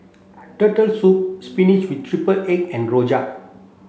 Turtle soup spinach with triple egg and rojak